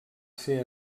ser